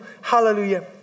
hallelujah